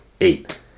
eight